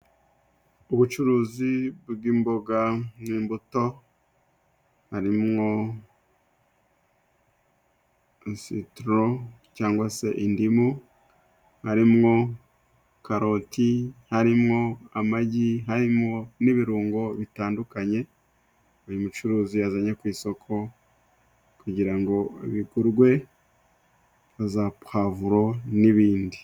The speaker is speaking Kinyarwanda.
Ubucuruzi bw'imboga n'imbuto harimwo sitoro cyangwa se indimu harimwo karoti harimwo amagi harimwo n'ibirungo bitandukanye uyu mucuruzi yazanye ku isoko kugira ngo bigurwe nka za pavuro n'ibindi.